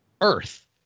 Earth